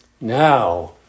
Now